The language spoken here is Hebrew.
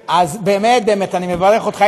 אז באמת באמת, אני מברך אותך.